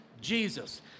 Jesus